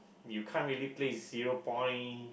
you can't really play zero point